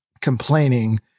complaining